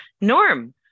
Norm